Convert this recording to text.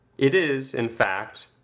it is, in fact,